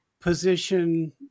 position